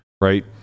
right